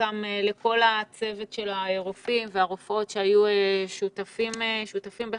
ולכל צוות הרופאים והרופאות שהיו שותפים לכך.